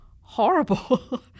horrible